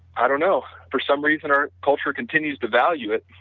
i don't know. for some reason our culture continues to value it,